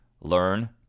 Learn